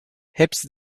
hepsi